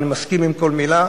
ואני מסכים עם כל מלה,